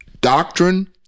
doctrine